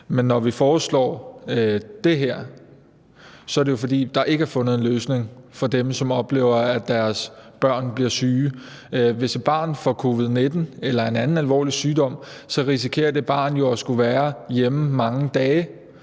Men når vi foreslår det her, er det jo, fordi der ikke er fundet en løsning for dem, som oplever, at deres børn bliver syge. Hvis et barn får covid-19 eller en anden alvorlig sygdom, risikerer det barn jo at skulle være hjemme mange dage,